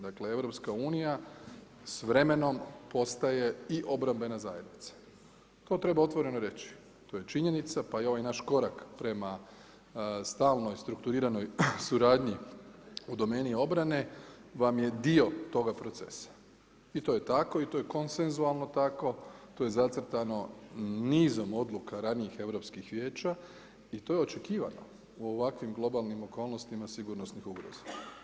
Dakle EU s vremenom postaje i obrambena zajednica, to treba otvoreno reći, to je činjenica pa i ovaj naš korak prema stalnoj strukturiranoj suradnji u domeni obrane vam je dio toga procesa i to je tako i to je konsensualno tako, to je zacrtano nizom odluka ranijih europskih vijeća i to je očekivano u ovakvim globalnim okolnostima sigurnosnih ugroza.